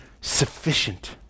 sufficient